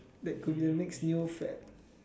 that could be the next new fad